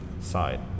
side